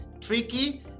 tricky